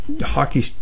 hockey